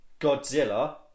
Godzilla